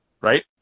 right